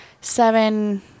Seven